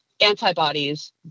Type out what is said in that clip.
antibodies